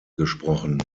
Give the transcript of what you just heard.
gesprochen